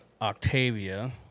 Octavia